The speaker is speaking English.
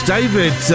David